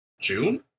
June